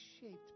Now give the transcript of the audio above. shaped